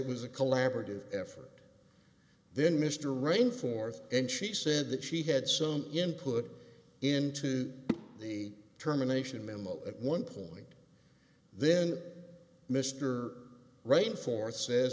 it was a collaborative effort then mr rein forth and she said that she had some input into the terminations memo at one point then mr rain forest says